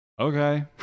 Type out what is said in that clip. okay